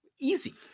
easy